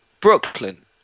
Brooklyn